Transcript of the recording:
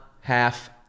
half